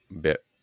bit